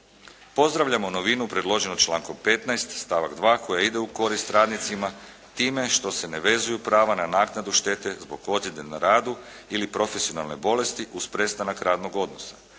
Pozdravljamo novinu predloženu člankom 15. stavak 2. koja ide u korist radnicima time što se ne vezuju prava na naknadu štete zbog ozljede na radu ili profesionalne bolesti uz prestanak radnog odnosa.